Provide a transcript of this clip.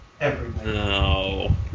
No